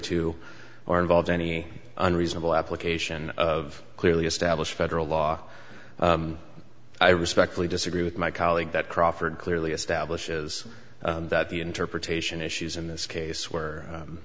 to or involved any unreasonable application of clearly established federal law i respectfully disagree with my colleague that crawford clearly establishes that the interpretation issues in this case